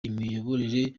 imiyoborere